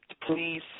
please